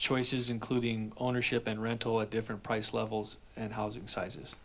choices including ownership and rental at different price levels and housing sizes